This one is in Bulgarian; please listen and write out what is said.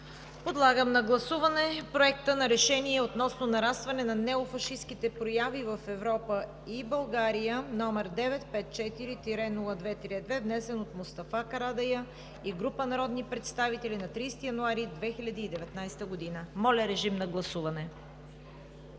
Подлагам на гласуване Проект на решение относно нарастване на неофашистките прояви в Европа и България, № 954-02-2, внесен от Мустафа Карадайъ и група народни представители на 30 януари 2019 г. Гласували